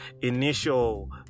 initial